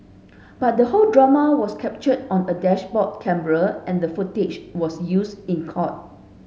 but the whole drama was captured on a dashboard camera and the footage was used in court